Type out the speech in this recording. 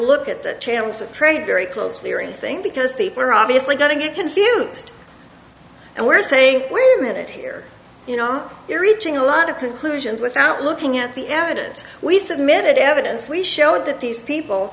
look at that chance at trade very closely or anything because people are obviously going to get confused and we're saying wait a minute here you know you're reaching a lot of conclusions without looking at the evidence we submitted evidence we showed that these people